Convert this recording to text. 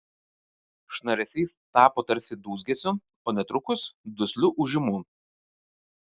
šnaresys tapo tarsi dūzgesiu o netrukus dusliu ūžimu